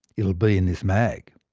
it'll be in this mag.